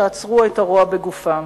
שעצרו את הרוע בגופם.